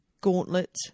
Gauntlet